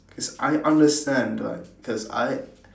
cause I understand like cause I